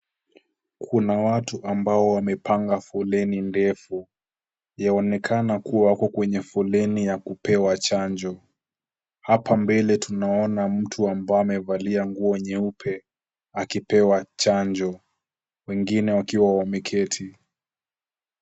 Kuna watu ambao wamepanga foleni ndefu. wamekaa na wako kwenye foleni ya kupewa chanjo .Hapa mbele tunaona mtu ambaye amevalia nguo nyeupe akipewa chanjo wengine wakiwa wameketi.